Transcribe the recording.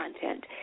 content